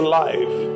life